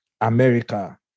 America